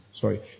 Sorry